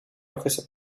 officer